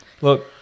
Look